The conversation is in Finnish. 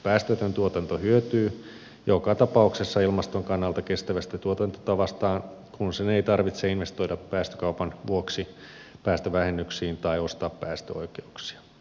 päästötön tuotanto hyötyy joka tapauksessa ilmaston kannalta kestävästä tuotantotavastaan kun sen ei tarvitse investoida päästökaupan vuoksi päästövähennyksiin tai ostaa päästöoikeuksia